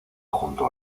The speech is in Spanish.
junto